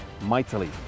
mightily